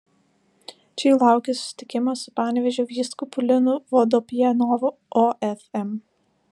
čia jų laukia susitikimas su panevėžio vyskupu linu vodopjanovu ofm